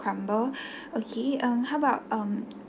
crumble okay um how about um